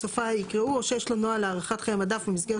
בסופה יקראו "או שיש לו נוהל להארכת חיי מדף במסגרת